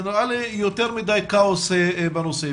זה נראה לי יותר מדי כאוס בנושא.